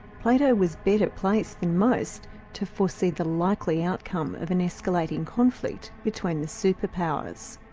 plato was better placed than most to foresee the likely outcome of an escalating conflict between the superpowers.